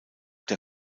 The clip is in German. der